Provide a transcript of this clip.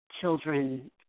children